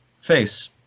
face